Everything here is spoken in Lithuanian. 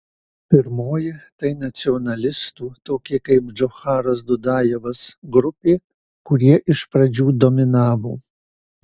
pirmoji tai nacionalistų tokie kaip džocharas dudajevas grupė kurie iš pradžių dominavo